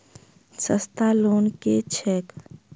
सस्ता लोन केँ छैक